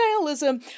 nihilism